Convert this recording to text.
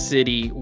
City